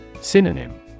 Synonym